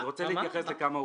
אני רוצה להתייחס לכמה עובדות.